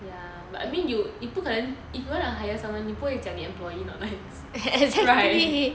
ya but I mean you 你不可能 if you wanna hire someone you 不会讲 the employee not nice